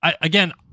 again